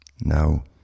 Now